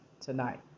tonight